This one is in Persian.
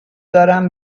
دارم